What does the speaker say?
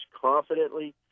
confidently